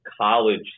College